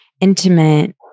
intimate